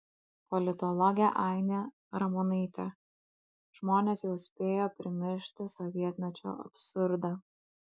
politologė ainė ramonaitė žmonės jau spėjo primiršti sovietmečio absurdą